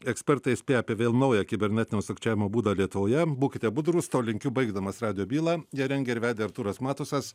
ekspertai įspėja apie vėl naują kibernetinio sukčiavimo būdą lietuvoje būkite budrūs to linkiu baigdamas radijo bylą ją rengė ir vedė artūras matusas